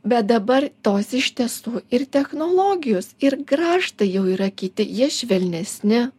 bet dabar tos iš tiesų ir technologijos ir grąžtai jau yra kiti jie švelnesni